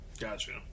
Gotcha